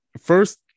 first